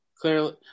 clearly